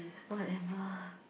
whatever